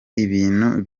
ibintu